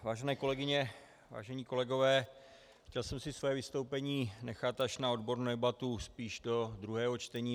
Vážené kolegyně, vážení kolegové, chtěl jsem si své vystoupení nechat až na odbornou debatu spíš do druhého čtení.